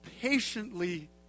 patiently